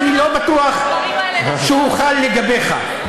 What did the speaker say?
שאני לא בטוח שהוא חל לגביך,